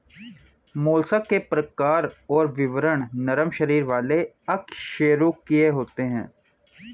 mollusc के प्रकार और विवरण नरम शरीर वाले अकशेरूकीय होते हैं